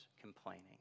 complaining